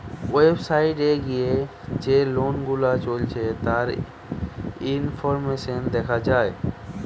website এ গিয়ে যে লোন গুলা চলছে তার ইনফরমেশন দেখা যায়